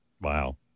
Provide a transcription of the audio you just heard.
Wow